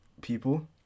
people